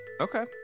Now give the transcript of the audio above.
Okay